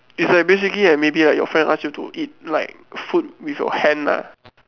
is like basically like maybe like your friend ask you to eat like food with your hand ah